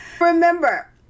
Remember